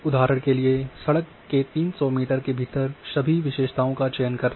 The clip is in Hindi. उदाहरण के लिए सड़क के तीन सौ मीटर के भीतर सभी विशेषताओं का चयन करना